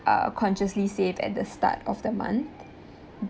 uh consciously save at the start of the month